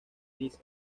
niza